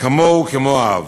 כמוהו כאב.